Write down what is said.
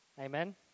Amen